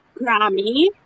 Grammy